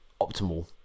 optimal